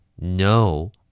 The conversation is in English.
No